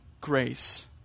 grace